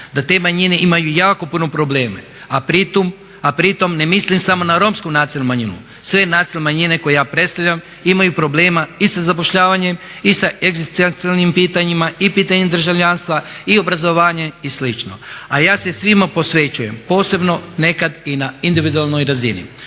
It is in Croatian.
da te manjine imaju jako puno problema, a pri tome ne mislim samo na Romsku nacionalnu manjinu. Sve nacionalne manjine koje ja predstavljam imaju problema i sa zapošljavanjem i sa egzistencijalnim pitanjima i pitanjem državljanstva i obrazovanja i slično. A ja se svima posvećujem posebno nekad i na individualnoj razini.